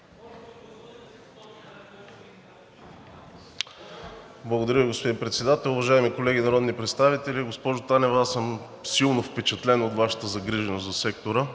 Благодаря, господин Председател. Уважаеми колеги народни представители! Госпожо Танева, аз съм силно впечатлен от Вашата загриженост за сектора,